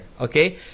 Okay